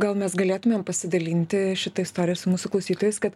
gal mes galėtumėm pasidalinti šita istorija su mūsų klausytojais kad